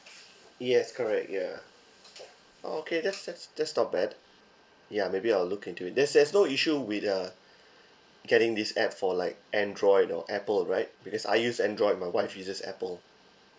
yes correct ya okay that's that's that's not bad ya maybe I'll look into there's there's no issue with uh getting this app for like android or apple right because I use android my wife uses apple